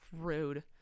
Rude